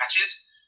matches